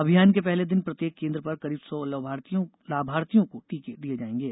अभियान के पहले दिन प्रत्येक केन्द्र पर करीब सौ लाभार्थियों को टीके दिए जाएंगे